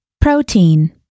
Protein